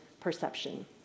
perception